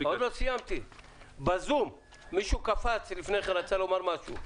בזום מישהו רצה לומר משהו.